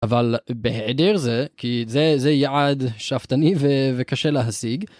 אבל בהיעדר זה כי זה זה יעד שאפתני וקשה להשיג.